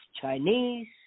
Chinese